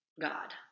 God